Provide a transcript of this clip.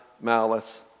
malice